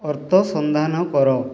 ଅର୍ଥ ସନ୍ଧାନ କର